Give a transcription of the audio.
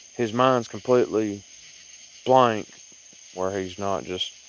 his mind's completely blank where he's not just